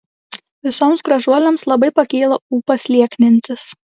visoms gražuolėms labai pakyla ūpas lieknintis